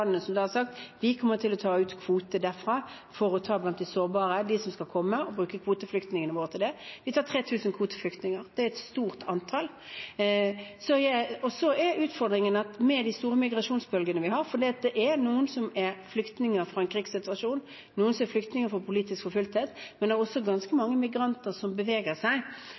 sårbare, og bruke flyktningkvoten vår til det. Vi tar imot 3 000 kvoteflyktninger, og det er et stort antall. Utfordringen er at med de store migrasjonsbølgene vi har – for det er noen som er flyktninger fra en krigssituasjon, og noen som er flyktninger fra politisk forfølgelse, men det er også ganske mange migranter som beveger seg